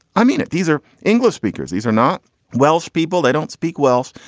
i mean, these are english speakers. these are not welsh people. they don't speak welsh.